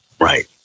Right